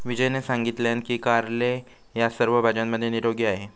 विजयने सांगितलान की कारले ह्या सर्व भाज्यांमध्ये निरोगी आहे